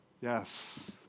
Yes